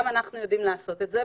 גם אנחנו יודעים לעשות את זה.